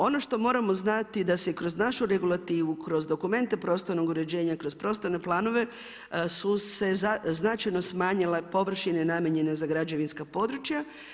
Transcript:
Ono što moramo znati, da se kroz našu regulativu, kroz dokumente prostornog uređenja, kroz prostorne planove, su se značajno smanjile površine namijenjene za građevinska područja.